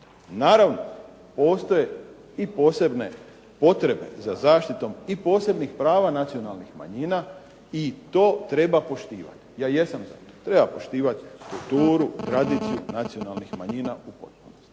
Naravno postoje i posebne potrebe za zaštitom i posebnih prava nacionalnih manjina i to treba poštivati. Ja jesam za to. Treba poštivati strukturu, tradiciju nacionalnih manjina u …/Govornik